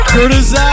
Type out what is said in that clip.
Curtis